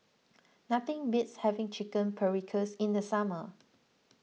nothing beats having Chicken Paprikas in the summer